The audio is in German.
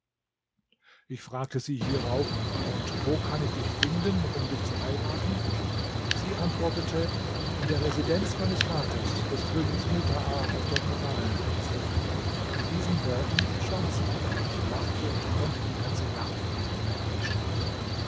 ich fragte sie hierauf und wo kann ich dich finden um dich zu heiraten sie antwortete in der residenz meines vaters des königs mutaa auf der koralleninsel mit diesen worten verschwand sie und ich erwachte und konnte die ganze nacht nicht mehr einschlafen